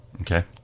Okay